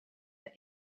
for